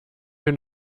wir